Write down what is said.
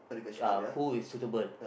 uh who is suitable